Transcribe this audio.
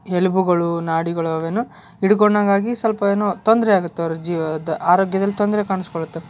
ಎಲುಬುಗಳು ನಾಡಿಗಳು ಅವೇನು ಹಿಡುಕೊಂಡಂಗಾಗಿ ಸೊಲ್ಪ ಏನೋ ತೊಂದರೆ ಆಗತ್ತೆ ಅವ್ರ ಜೀವದ ಆರೋಗ್ಯದಲ್ಲಿ ತೊಂದರೆ ಕಾಣ್ಸ್ಕೊಳ್ಳುತ್ತೆ